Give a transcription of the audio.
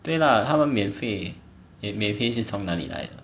对 lah 他们免费免免费是从哪里来的